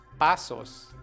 Pasos